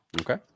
Okay